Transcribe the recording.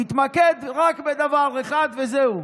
תתמקד רק בדבר אחד וזהו.